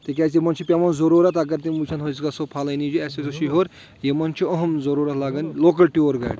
تِکیازِ یِمن چھُ پؠوان ضروٗرت اگر تِم وٕچھن أسۍ گژھو پھلٲنہِ جایہِ اَسہِ حظ چھِ یہِ ہٮ۪وٚر یِمَن چھُ أہم ضٔروٗرت لَگان لوکَل ٹیوٗر گاڑِ